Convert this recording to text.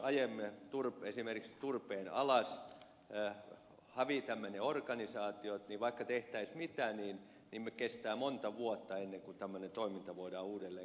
jos ajamme esimerkiksi turpeen alas hävitämme ne organisaatiot niin vaikka tehtäisiin mitä niin kestää monta vuotta ennen kuin tämmöinen toiminta voidaan uudelleen käynnistää